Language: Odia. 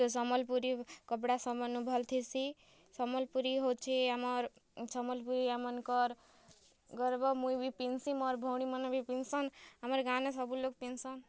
ତ ସମଲ୍ପୁରୀ କପ୍ଡ଼ା ସେମାନୁ ଭଲ୍ଥିସି ସମ୍ବଲପୁରୀ ହୋଉଛେ ଆମର୍ ସମ୍ବଲପୁରୀଆମାନ୍କର୍ ଗର୍ବ ମୁଇଁ ବି ପିନ୍ଧ୍ସିଁ ମୋର୍ ବି ଭଉଣୀମାନେ ବି ପିନ୍ଧ୍ସନ୍ ଆମର୍ ଗାଁନେ ସବୁଲୋକ୍ ପିନ୍ଧ୍ସନ୍